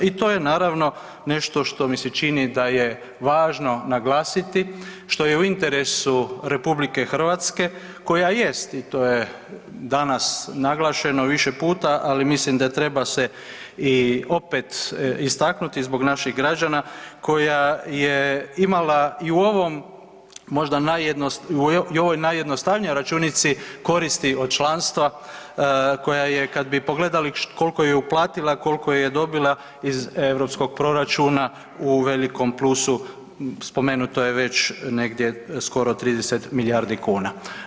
I to je naravno nešto što mi se čini da je važno naglasiti, što je u interesu RH koja jest i to je danas naglašeno više puta, ali mislim da se treba i opet istaknuti radi naših građana koja je imala i u ovoj možda najjednostavnijoj računici koristi od članstva koja je kada bi pogledali koliko je uplatila, koliko je dobila iz europskog proračuna u velikom plusu, spomenuto je već negdje soko 30 milijardi kuna.